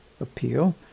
appeal